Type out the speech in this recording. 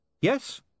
Yes